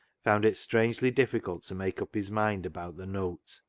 found it strangely difficult to make up his mind about the note.